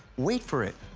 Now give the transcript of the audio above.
wait for it.